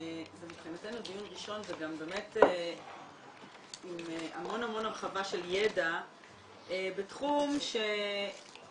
זה מבחינתנו דיון ראשון וגם באמת עם המון הרחבה של ידע בתחום שעומד